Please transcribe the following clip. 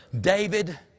David